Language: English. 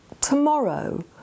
tomorrow